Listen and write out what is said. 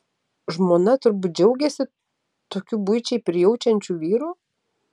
žmona turbūt džiaugiasi tokiu buičiai prijaučiančiu vyru